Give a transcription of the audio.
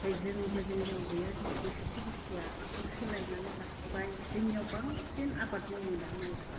ओमफाय जोंबो जोंनियाव गैया जितुके खायसे बुस्थुआ बेखौ सोलायनानै लाखिबाय जोंनियाव बांसिन आबाद मावोना माइ आबाद